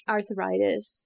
Arthritis